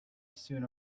soon